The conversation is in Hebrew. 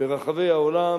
ברחבי העולם,